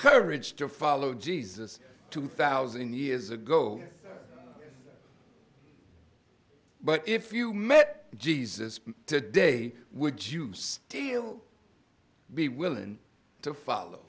courage to follow jesus two thousand years ago but if you met jesus today would juice still be willing to follow